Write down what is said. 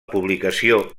publicació